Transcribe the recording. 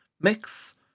mix